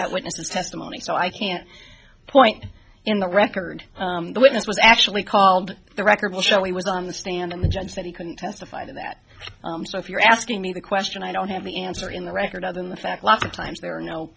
that witness's testimony so i can't point in the record the witness was actually called the record will show he was on the stand and the judge said he couldn't testify to that so if you're asking me the question i don't have the answer in the record other than the fact lots of times